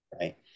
Right